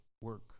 work